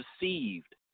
deceived